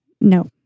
No